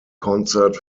concert